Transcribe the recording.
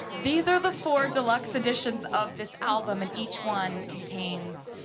these are the four deluxe editions of this album and each one contains